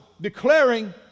declaring